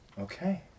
okay